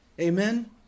Amen